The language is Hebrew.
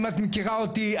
אם את מכירה אותי,